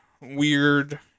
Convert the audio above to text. weird